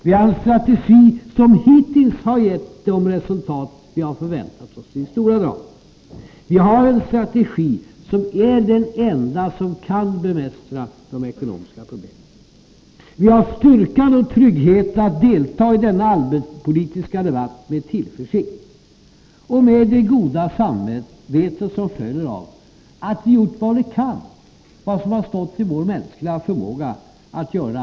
Vi har en strategi som hittills har gett de resultat vi har förväntat oss, i stora drag. Vi har en strategi, som är den enda som kan bemästra de ekonomiska problemen. Vi har styrkan och tryggheten att delta i denna allmänpolitiska debatt med tillförsikt och med det goda samvete som följer av att vi har gjort vad vi kan, vad som har stått i vår mänskliga förmåga att göra.